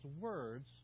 words